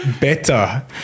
better